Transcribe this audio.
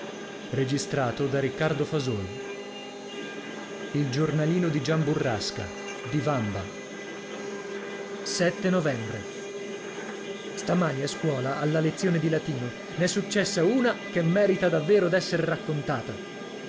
e io e l ono e avete novembre stamani a scuola alla lezione di latino n'è successa una che merita davvero d'esser raccontata